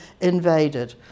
invaded